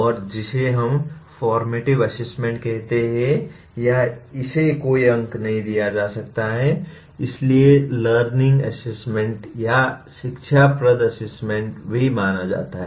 और जिसे हम फॉर्मेटिव असेसमेंट कहते हैं या इसे कोई अंक नहीं दिया जाता है इसलिए लर्निंग असेसमेंट या शिक्षाप्रद असेसमेंट भी माना जाता है